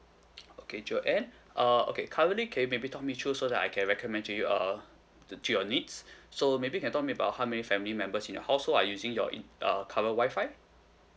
okay joanne uh okay currently can you maybe talk me through so that I can recommend to you uh to to your needs so maybe you can talk me about how many family members in your household are using your in err current Wi-Fi